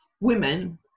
women